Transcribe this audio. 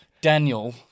Daniel